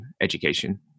education